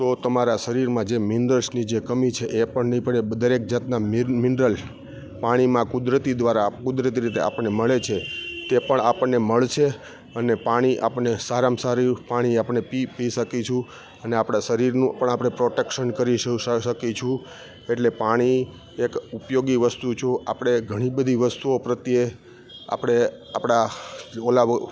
તો તમારા શરીરમાં જે મિનરલ્સની જે કમી છે એ પણ નહીં પડે દરેક જાતનાં મિન મિનરલ પાણીમાં કુદરતી દ્વારા કુદરતી રીતે આપણને મળે છે તે પણ આપણને મળશે અને પાણી આપણને સારામાં સારી પાણી આપણને પી પી શકીશું અને આપણા શરીરનું પણ આપણે પ્રોટેક્શન કરી શ શકીશું એટલે પાણી એક ઉપયોગી વસ્તુ જો આપણે ઘણીબધી વસ્તુઓ પ્રત્યે આપણે આપણા ઓલા